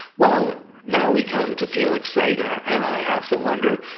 well, now we come to felix sater, and i have to wonder,